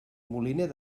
moliner